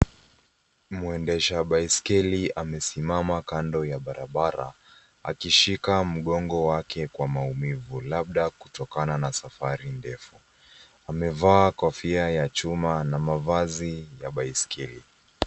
Mwendesha baiskeli amesimama kando ya barabara akishika mgongo wake kwa maumivu labda kutokana na safari ndefu. Amevaa kofia ya chuma na mavazi ya baiskeli.